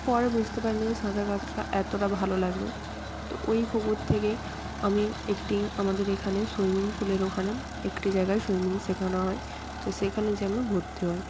তো পরে বুঝতে পারি নি যে সাঁতার কাটাটা এতটা ভালো লাগবে তো ওই পুকুর থেকেই আমি একটি আমাদের এখানে সুইমিং পুলের ওখানে একটি জায়গায় সুইমিং শেখানো হয় তো সেখানে যেয়ে আমি ভর্তি হই